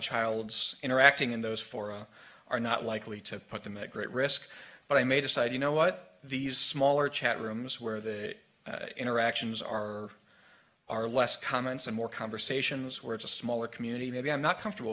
child's interacting in those four are not likely to put them at great risk but i may decide you know what these smaller chat rooms where the interactions are are less common some more conversations where it's a smaller community maybe i'm not comfortable